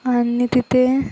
आणि तिथे